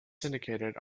syndicated